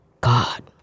God